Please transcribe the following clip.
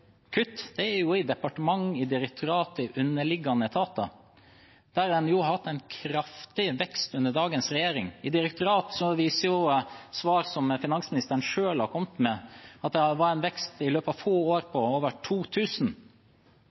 kutt, er i departement, i direktorat og i underliggende etater, der en har hatt en kraftig vekst under dagens regjering. Svar som finansministeren selv har kommet med, viser at det for direktorat i løpet av få år var en vekst på over